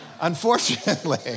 unfortunately